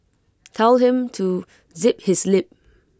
tell him to zip his lip